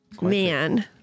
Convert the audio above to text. Man